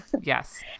Yes